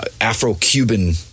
Afro-Cuban